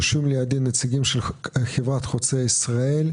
יושבים לידי נציגים של חברת חוצה ישראל,